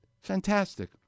Fantastic